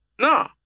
No